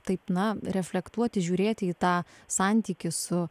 taip na reflektuoti žiūrėti į tą santykį su